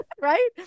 right